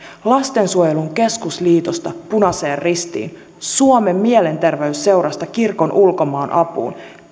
lastensuojelun keskusliitosta punaiseen ristiin suomen mielenterveysseurasta kirkon ulkomaanapuun